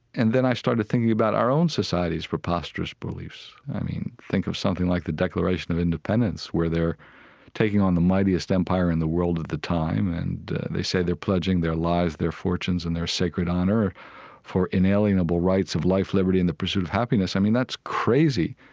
and then i started thinking about our own society's preposterous beliefs. i mean, think of something like the declaration of independence, where they're taking on the mightiest empire in the world at the time and they say they're pledging their lives, their fortunes and their sacred honor for inalienable rights of life, liberty and the pursuit of happiness. i mean, that's crazy.